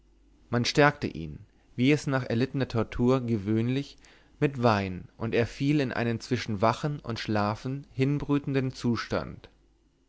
man stärkte ihn wie es nach erlittener tortur gewöhnlich mit wein und er fiel in einen zwischen wachen und schlafen hinbrütenden zustand